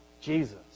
Jesus